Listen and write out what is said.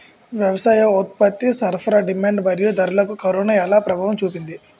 వ్యవసాయ ఉత్పత్తి సరఫరా డిమాండ్ మరియు ధరలకు కరోనా ఎలా ప్రభావం చూపింది